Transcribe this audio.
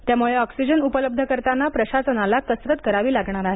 त्यामुळे ऑक्सिजन उपलब्ध करताना प्रशासनाला कसरत करावी लागत आहे